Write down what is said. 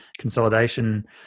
consolidation